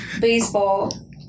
baseball